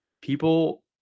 People